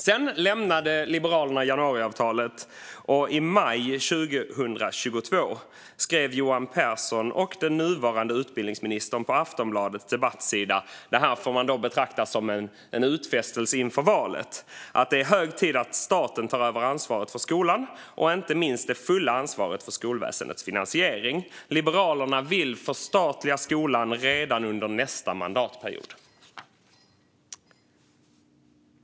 Sedan lämnade Liberalerna januariavtalet, och i maj 2022 skrev Johan Pehrson och den nuvarande utbildningsministern på Aftonbladets debattsida något som får betraktas som en utfästelse inför valet, nämligen att "det är hög tid att staten tar över ansvaret för skolan och inte minst det fulla ansvaret för skolväsendets finansiering. Liberalerna vill förstatliga skolan redan under nästa mandatperiod".